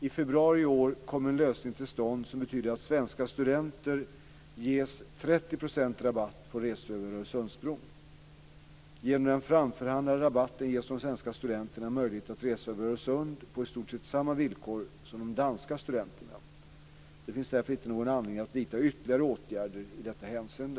I februari i år kom en lösning till stånd som betyder att svenska studenter ges 30 % rabatt på resor över Öresundsbron. Genom den framförhandlade rabatten ges de svenska studenterna möjlighet att resa över Öresund på i stort sett samma villkor som de danska studenterna. Det finns därför inte någon anledning att vidta ytterligare åtgärder i detta hänseende.